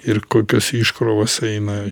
ir kokios iškrovos eina